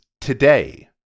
today